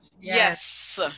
Yes